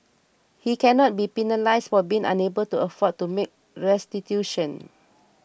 he cannot be penalised for being unable to afford to make restitution